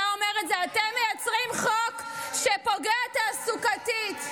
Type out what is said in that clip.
אתם מייצרים חוק שפוגע תעסוקתית.